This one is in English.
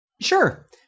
Sure